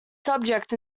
subject